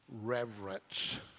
reverence